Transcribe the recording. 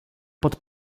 pod